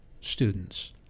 students